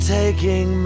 taking